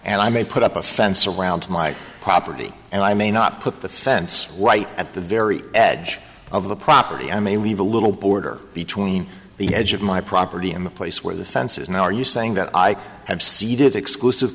and i may put up a fence around my property and i may not put the fence white at the very edge of the property i may leave a little border between the edge of my property and the place where the fences now are you saying that i have ceded exclusive